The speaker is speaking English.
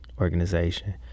organization